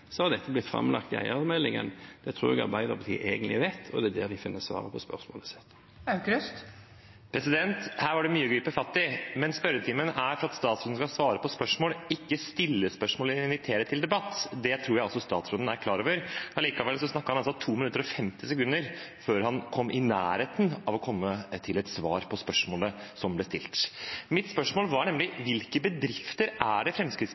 har dette blitt framlagt i eiermeldingen. Det tror jeg Arbeiderpartiet egentlig vet, og det er der de finner svaret på spørsmålet sitt. Her var det mye å gripe fatt i, men spørretimen er for at statsråden skal svare på spørsmål, ikke stille spørsmål eller invitere til debatt. Det tror jeg også statsråden er klar over, og likevel snakket han altså i 2 minutter og 50 sekunder før han kom i nærheten av et svar på spørsmålet som ble stilt. Mitt spørsmål var nemlig: Hvilke bedrifter ser Fremskrittspartiet og Høyre for seg å selge ut? Det